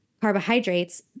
carbohydrates